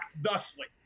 thusly